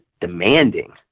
demanding